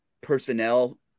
personnel